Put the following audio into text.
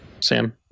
Sam